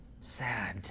sad